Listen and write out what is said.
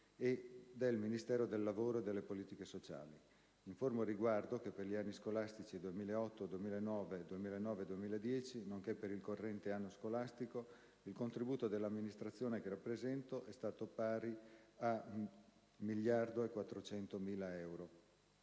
e del Ministero del lavoro e delle politiche sociali. Informo al riguardo che, per gli anni scolastici 2008-2009 e 2009-2010, nonché per il corrente anno scolastico, il contributo dell'amministrazione che rappresento è stato pari a 1.400.000 euro.